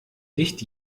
nicht